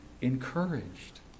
Encouraged